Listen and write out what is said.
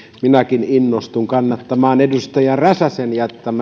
minäkin innostun kannattamaan edustaja räsäsen